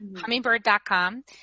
hummingbird.com